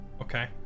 okay